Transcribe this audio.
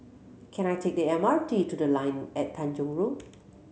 can I take the M R T to The Line at Tanjong Rhu